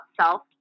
self